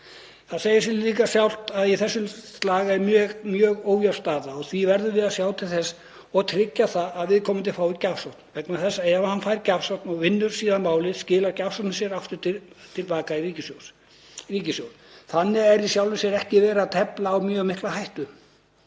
Það segir sig líka sjálft að í þessum slag er mjög ójöfn staða og því verðum við að sjá til þess og tryggja að viðkomandi fái gjafsókn. Ef hann fær gjafsókn og vinnur síðan málið skilar gjafsóknin sér aftur til baka í ríkissjóð. Þannig er í sjálfu sér ekki verið að tefla á mjög mikla hættu.